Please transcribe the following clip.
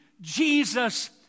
Jesus